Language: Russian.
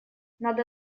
надо